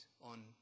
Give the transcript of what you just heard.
on